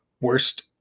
worst